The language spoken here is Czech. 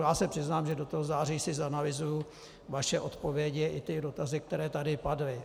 Já se přiznám, že do září si zanalyzuji vaše odpovědi i ty dotazy, které tady padly.